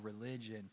religion